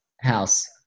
house